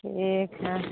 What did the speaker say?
ठीक है